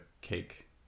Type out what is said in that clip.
cake